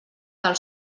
del